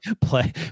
play